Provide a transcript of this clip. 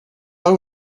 are